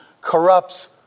corrupts